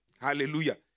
Hallelujah